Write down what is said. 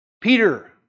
Peter